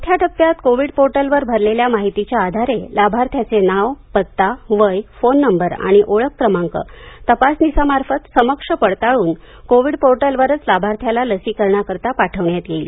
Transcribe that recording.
चौथ्या टप्प्यात कोविड पोर्टलवर भरलेल्या माहितीच्या आधारे लाभार्थ्याचे नाव पत्ता वय फोन नंबर आणि ओळख क्रमांक तपासनिसामार्फत समक्ष पडताळून कोविन पोर्टलवरच लाभार्थ्याला लसीकरणाकरिता पाठवण्यात येईल